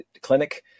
clinic